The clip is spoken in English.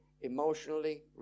emotionally